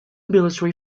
military